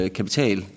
kapital